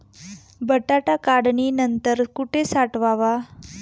बटाटा काढणी नंतर कुठे साठवावा?